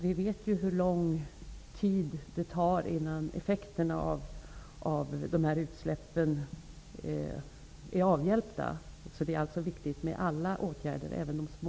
Vi vet ju hur lång tid det tar innan effekterna av de här utsläppen är avhjälpta, så det är viktigt med alla åtgärder, även de små.